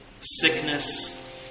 sickness